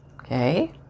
okay